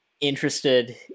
interested